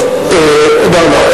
לא, לא.